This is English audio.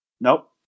Nope